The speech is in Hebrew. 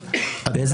מה הכוונה אל"ף,